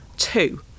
two